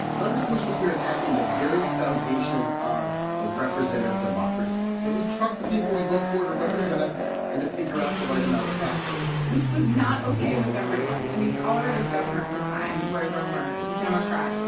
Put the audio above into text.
douglas bruce was here, attacking the very foundation of a representative democracy that we trust the people we vote for to represent us and to figure out the right amount of taxes which was not ok with everyone. i mean, colorado's governor at the time, roy romer, is a democrat.